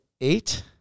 eight